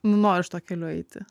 noriu aš tuo keliu eiti